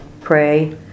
pray